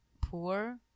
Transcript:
poor